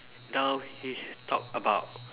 now he talk about